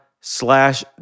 slash